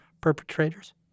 perpetrators